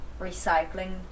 recycling